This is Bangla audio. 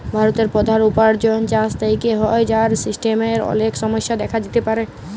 ভারতের প্রধাল উপার্জন চাষ থেক্যে হ্যয়, যার সিস্টেমের অলেক সমস্যা দেখা দিতে পারে